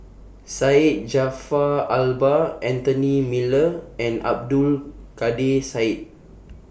Syed Jaafar Albar Anthony Miller and Abdul Kadir Syed